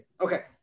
Okay